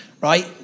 right